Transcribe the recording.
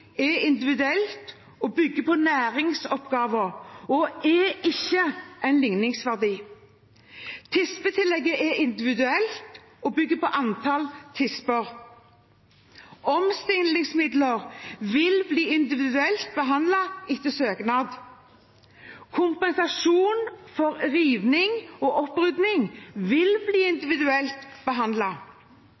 er individuelt og bygger på antall tisper. Omstillingsmidler vil bli individuelt behandlet etter søknad. Kompensasjon for riving og opprydding vil bli individuelt